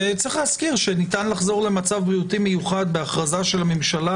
יש להזכיר שניתן לחזור למצב בריאותי מיוחד בהכרזה של הממשלה